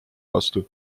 vastu